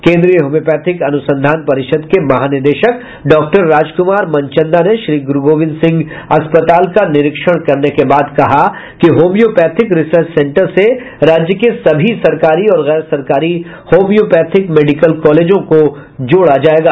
केंद्रीय होमियोपैथिक अनुसंधान परिषद के महानिदेशक डॉक्टर राजकुमार मनचंदा ने श्री गुरू गोविंद सिंह अस्पताल का निरीक्षण करने के बाद कहा कि होमियोपैथिक रिसर्च सेंटर से राज्य के सभी सरकारी और गैर सरकारी होमियोपैथिक मेडिकल कॉलेजों को जोड़ा जायेगा